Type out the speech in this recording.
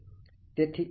તેથી આ સાચું છે